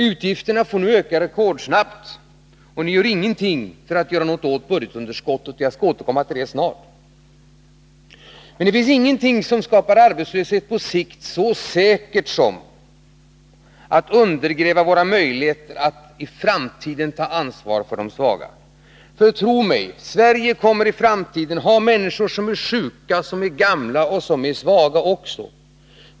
Utgifterna får nu öka rekordsnabbt, och ni gör ingenting för att komma till rätta med budgetunderskottet. Jag skall återkomma till det snart. Det finns ingenting som skapar arbetslöshet på sikt så säkert som att undergräva våra möjligheter att i framtiden ta ansvar för de svaga. Tro mig, Sverige kommer i framtiden att ha människor som är sjuka, som är gamla och som är svaga också.